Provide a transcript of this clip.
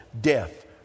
death